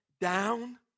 down